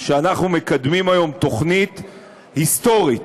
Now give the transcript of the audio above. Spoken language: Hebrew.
שאנחנו מקדמים היום תוכנית היסטורית.